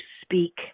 speak